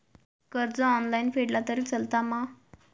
कर्ज ऑनलाइन फेडला तरी चलता मा?